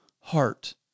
heart